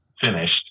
finished